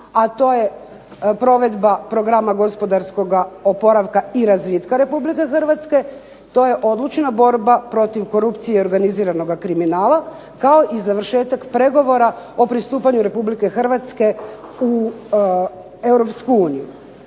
a to je provedba programa gospodarskoga oporavka i razvitka Republike Hrvatske, to je odlučna borba protiv korupcije i organiziranoga kriminala, kao i završetak pregovora o pristupanju Republike Hrvatske u